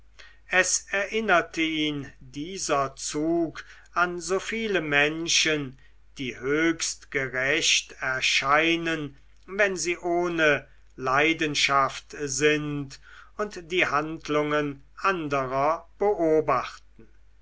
es erinnerte ihn dieser zug an so viele menschen die höchst gerecht erscheinen wenn sie ohne leidenschaft sind und die handlungen anderer beobachten